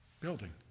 building